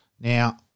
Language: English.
Now